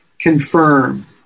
confirm